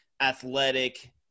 athletic